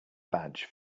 badge